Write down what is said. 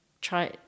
try